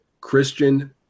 Christian